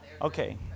Okay